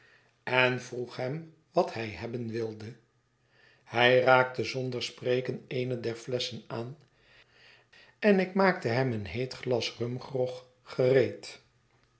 en vroeg hem wat hij hebben wilde hij raakte zonder spreken eene der flesschen aan en ik maakte hem een heet glas rumgrog gereed